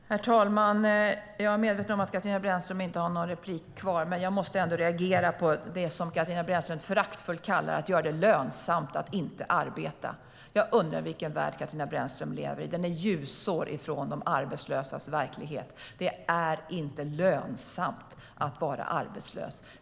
Herr talman! Jag är medveten om att Katarina Brännström inte har någon replik kvar, men jag måste ändå reagera på det som Katarina Brännström föraktfullt kallar att göra det lönsamt att inte arbeta. Jag undrar vilken värld Katarina Brännström lever i. Den är ljusår från de arbetslösas verklighet. Det är inte lönsamt att vara arbetslös.